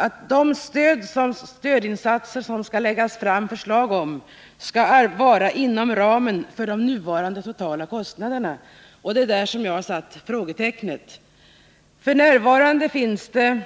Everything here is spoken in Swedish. Förslagen om stödinsatser skall alltså ligga inom ramen för de nuvarande totala kostnaderna. Det är det jag har satt frågetecken för. F.n. har ungefär